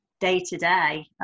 day-to-day